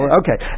okay